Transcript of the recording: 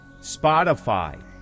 Spotify